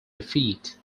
defeat